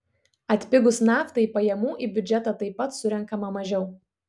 atpigus naftai pajamų į biudžetą taip pat surenkama mažiau